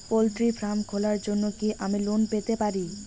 Poultry farm খোলার জন্য কি আমি লোন পেতে পারি?